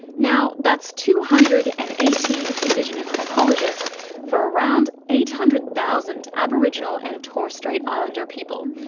now, that's two hundred and eighteen indigenous psychologists for around eight hundred thousand aboriginal and torres strait islander people,